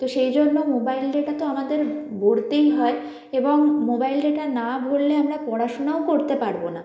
তো সেই জন্য মোবাইল ডেটা তো আমাদের ভরতেই হয় এবং মোবাইল ডেটা না ভরলে আমরা পড়াশুনাও করতে পারবো না